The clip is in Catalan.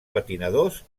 patinadors